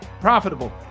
profitable